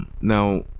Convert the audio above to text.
Now